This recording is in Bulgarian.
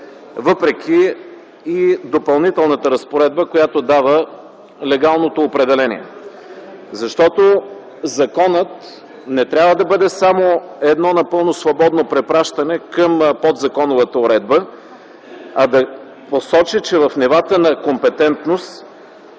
въпреки Допълнителната разпоредба, която дава легалното определение. Законът не трябва да бъде само едно напълно свободно препращане към подзаконовата уредба, а да посочи, че в нивата на компетентност